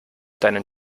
deinen